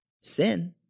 sin